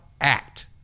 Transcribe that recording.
act